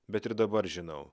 bet ir dabar žinau